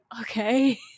okay